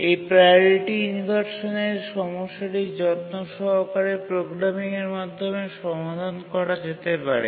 এই প্রাওরিটি ইনভারসানের সমস্যাটি যত্ন সহকারে প্রোগ্রামিংয়ের মাধ্যমে সমাধান করা যেতে পারে